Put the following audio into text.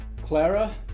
Clara